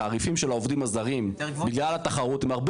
התעריפים של העובדים זרים בגלל התחרות הם הרבה